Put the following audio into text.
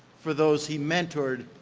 for those he mentored,